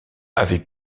avait